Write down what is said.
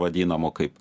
vadinamo kaip